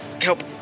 Help